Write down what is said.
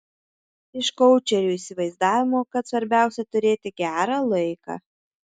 iš koučerių įsivaizdavimo kad svarbiausia turėti gerą laiką